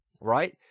right